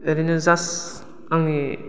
ओरैनो जास्ट आंनि